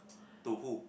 to who